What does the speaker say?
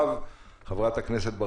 חברת הכנסת השכל.